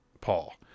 Paul